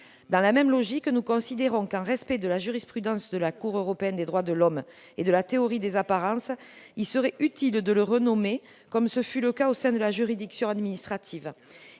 Dans la même logique, nous considérons que, pour respecter la jurisprudence de la Cour européenne des droits de l'homme et la théorie des apparences, il serait utile de le renommer, comme on l'a fait au sein de la juridiction administrative.